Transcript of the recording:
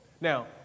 Now